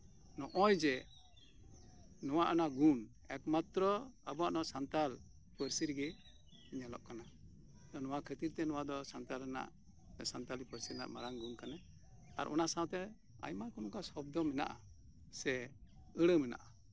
ᱱᱚᱜᱼᱚᱭ ᱡᱮ ᱱᱚᱶᱟ ᱚᱱᱟ ᱜᱩᱱ ᱢᱟᱛᱛᱨᱚ ᱟᱵᱚᱣᱟᱜ ᱱᱚᱶᱟ ᱥᱟᱱᱛᱟᱞ ᱯᱟᱹᱨᱥᱤ ᱨᱮᱜᱮ ᱧᱮᱞᱚᱜ ᱠᱟᱱᱟ ᱱᱚᱶᱟ ᱠᱷᱟᱹᱛᱤᱨ ᱛᱮ ᱱᱚᱶᱟ ᱫᱚ ᱥᱟᱱᱛᱟᱞ ᱨᱮᱱᱟᱜ ᱥᱟᱱᱛᱞᱤ ᱯᱟᱹᱨᱥᱤ ᱨᱮᱱᱟᱜ ᱢᱟᱨᱟᱝ ᱜᱩᱱ ᱠᱟᱱᱟ ᱟᱨ ᱚᱱᱟ ᱥᱟᱶᱛᱮ ᱟᱭᱢᱟ ᱱᱚᱝᱠᱟ ᱥᱚᱵᱽᱫᱚ ᱢᱮᱱᱟᱜᱼᱟ ᱥᱮ ᱟᱹᱲᱟᱹ ᱢᱮᱱᱟᱜᱼᱟ